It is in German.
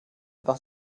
was